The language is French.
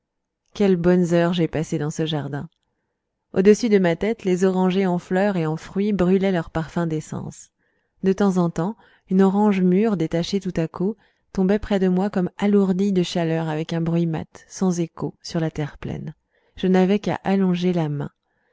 quelles bonnes heures j'ai passées dans ce jardin au-dessus de ma tête les orangers en fleur et en fruit brûlaient leurs parfums d'essences de temps en temps une orange mûre détachée tout à coup tombait près de moi comme alourdie de chaleur avec un bruit mat sans écho sur la terre pleine je n'avais qu'à allonger la main